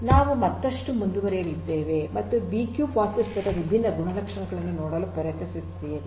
ಆದ್ದರಿಂದ ನಾವು ಮತ್ತಷ್ಟು ಮುಂದುವರಿಯುತ್ತೇವೆ ಮತ್ತು ಬಿಕ್ಯೂಬ್ ವಾಸ್ತುಶಿಲ್ಪದ ವಿಭಿನ್ನ ಗುಣಲಕ್ಷಣಗಳನ್ನು ನೋಡಲು ಪ್ರಯತ್ನಿಸುತ್ತೇವೆ